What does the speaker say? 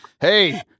hey